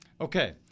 Okay